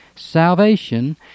Salvation